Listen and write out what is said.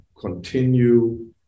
continue